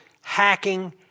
hacking